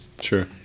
Sure